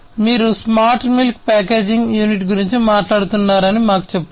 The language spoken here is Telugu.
మీరు స్మార్ట్ మిల్క్ ప్యాకేజింగ్ యూనిట్ గురించి మాట్లాడుతున్నారని మాకు చెప్పండి